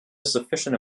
sufficient